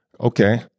Okay